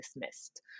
dismissed